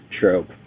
trope